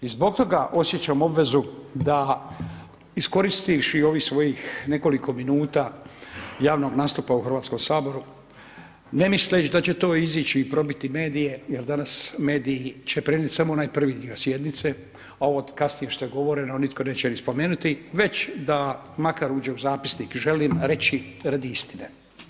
I zbog toga osjećam obvezu da iskoristivši ovih svojih nekoliko minuta javnog nastupa u Hrvatskom saboru, ne misleći da će to izići i probiti medije, jer danas mediji će prenijeti samo onaj prvi dio sjednice, a ovo kasnije što je govoreno nitko neće ni spomenuti već da makar uđe u zapisnik želim reći radi istine.